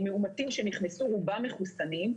מאומתים שנכנסו רובם מחוסנים.